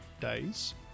Days